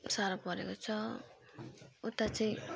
साह्रो परेको छ उता चाहिँ